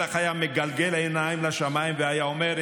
כי הוא בטח היה מגלגל עיניים לשמיים והיה אומר,